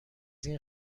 این